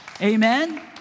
amen